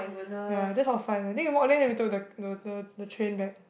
ya just for fun then we walked there then we took the the the the train back